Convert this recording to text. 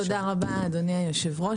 תודה רבה אדוני היושב-ראש.